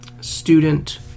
student